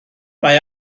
mae